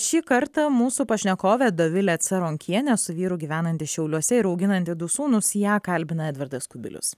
šį kartą mūsų pašnekovė dovilė caronkienė su vyru gyvenanti šiauliuose ir auginanti du sūnūs ją kalbina edvardas kubilius